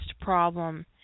problem